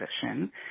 position